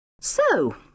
So